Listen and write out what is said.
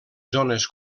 zones